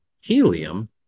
helium